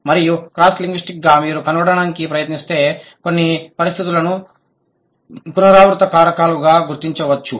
మరియు cross linguistic గా మీరు కనుగొనడానికి ప్రయత్నిస్తే కొన్ని పరిస్థితులను పునరావృత కారకాలుగా గుర్తించవచ్చు